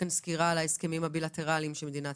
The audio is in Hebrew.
סקירה על ההסכמים הבילטרליים שמדינת